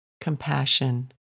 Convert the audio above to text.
compassion